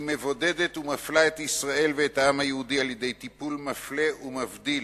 היא מבודדת ומפלה את ישראל ואת העם היהודי על-ידי טיפול מפלה ומבדיל